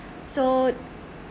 so